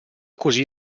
così